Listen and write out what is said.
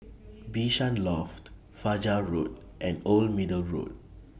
Bishan Loft Fajar Road and Old Middle Road